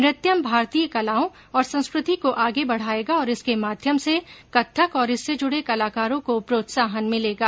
नृत्यम भारतीय कलाओं और संस्कृति को आगे बढ़ाएगा और इसके माध्यम से कत्थक और इससे जुड़े कलाकारों को प्रोत्साहन मिलेगा